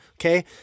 okay